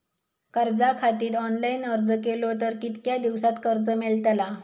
कर्जा खातीत ऑनलाईन अर्ज केलो तर कितक्या दिवसात कर्ज मेलतला?